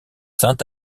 saint